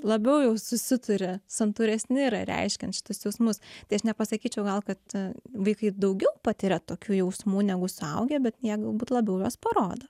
labiau jau susituri santūresni yra reiškiant šituos jausmus tai aš nepasakyčiau gal kad vaikai daugiau patiria tokių jausmų negu suaugę bet jie galbūt labiau juos parodo